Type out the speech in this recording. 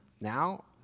now